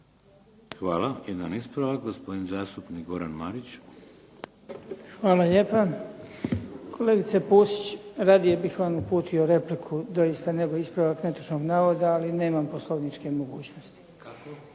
Hvala. Jedan ispravak, gospodin zastupnik Goran Marić. **Marić, Goran (HDZ)** Hvala lijepo. Kolegice Pusić radije bih vam uputio repliku doista nego ispravak netočnog navoda, ali nemam poslovničke mogućnosti.